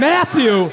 Matthew